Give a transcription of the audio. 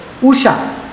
Usha